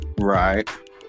right